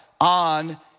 on